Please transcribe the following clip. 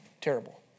terrible